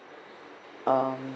um